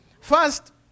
First